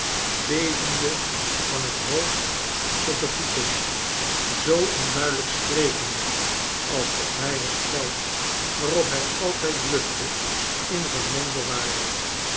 bevende van het hoofd tot de voeten zoo onduidelijk sprekende alsof hij het geld waarop hij altijd blufte in zijn mond bewaarde